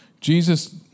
Jesus